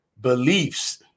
beliefs